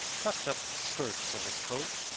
tucked up the skirts of his coat,